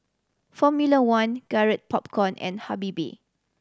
Formula One Garrett Popcorn and Habibie